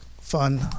fun